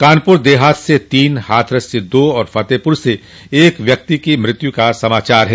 कानपुर देहात से तीन हाथरस से दो और फतेहपुर से एक व्यक्ति की मृत्यु का समाचार है